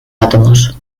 átomos